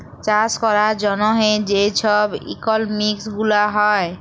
চাষ ক্যরার জ্যনহে যে ছব ইকলমিক্স গুলা হ্যয়